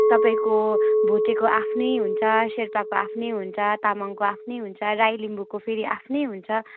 तपाईँको भोटेको आफ्नै हुन्छ सेर्पाको आफ्नै हुन्छ तामाङको आफ्नै हुन्छ राई लिम्बूको फेरि आफ्नै हुन्छ